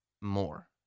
more